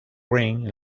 green